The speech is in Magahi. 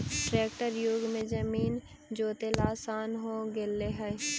ट्रेक्टर युग में जमीन जोतेला आसान हो गेले हइ